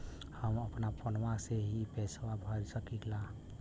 हम अपना फोनवा से ही पेसवा भर सकी ला?